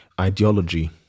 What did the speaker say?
ideology